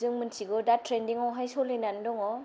जों मिथिगौ दा ट्रेनडिंआवहाय सोलिनानै दङ